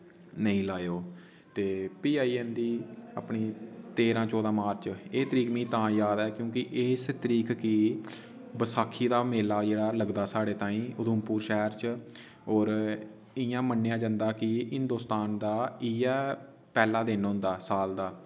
नेईं लायो ते फ्ही आई जंदी अपनी तेह्रा चौधा मार्च एह् तारीक मी तां याद ऐ क्युंकी इस तरीक कि बसाखी दा मेला जेह्ड़ा लगदा साढ़े ताईं उधमपुर शैह्र च और इ'यां मन्नेया जंदा कि हिन्दोस्तान दा इ'यै पैह्ला दिन होंदा साल दा